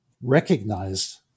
recognized